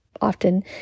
often